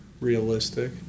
realistic